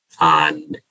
on